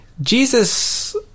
Jesus